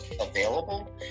available